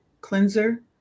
cleanser